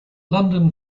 london